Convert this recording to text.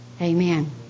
amen